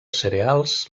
cereals